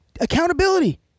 Accountability